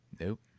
Nope